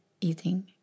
eating